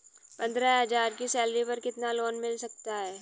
पंद्रह हज़ार की सैलरी पर कितना लोन मिल सकता है?